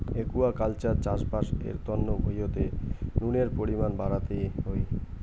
aquaculture চাষবাস এর তন্ন ভুঁইতে নুনের পরিমান বাড়াতে হই